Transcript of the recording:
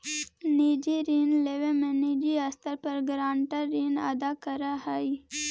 निजी ऋण लेवे में निजी स्तर पर गारंटर ऋण अदा करऽ हई